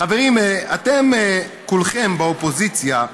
חברים, אתם כולכם, באופוזיציה,